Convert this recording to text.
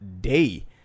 day